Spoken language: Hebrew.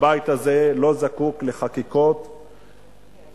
הבית הזה לא זקוק לחקיקות פוגעניות.